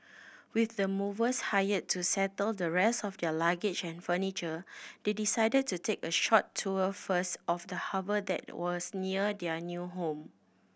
with the movers hired to settle the rest of their luggage and furniture they decided to take a short tour first of the harbour that was near their new home